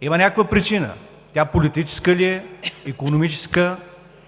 Има някаква причина. Тя политическа ли е, икономическа?